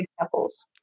examples